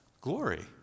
Glory